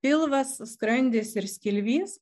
pilvas skrandis ir skilvys